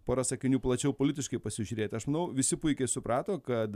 pora sakinių plačiau politiškai pasižiūrėti aš manau visi puikiai suprato kad